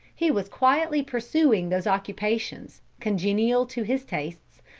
he was quietly pursuing those occupations, congenial to his tastes,